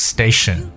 Station